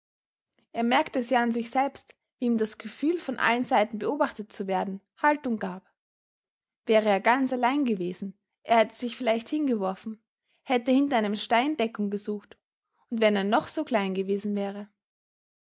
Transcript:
er merkte es ja an sich selbst wie ihm das gefühl von allen seiten beobachtet zu werden haltung gab wäre er ganz allein gewesen er hätte sich vielleicht hingeworfen hätte hinter einem stein deckung gesucht und wenn er noch so klein gewesen wäre